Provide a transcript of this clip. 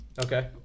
Okay